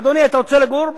אדוני, אתה רוצה לגור?